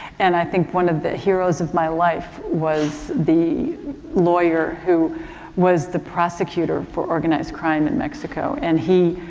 and i think one of the heroes of my life was the lawyer who was the prosecutor for organized crime in mexico. and he,